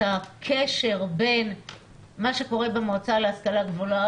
את הקשר בין מה שקורה במועצה להשכלה גבוהה